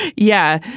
yeah,